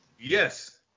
Yes